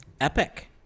Epic